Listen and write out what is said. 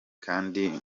kandi